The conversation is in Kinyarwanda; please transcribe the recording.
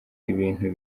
ibintu